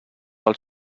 dels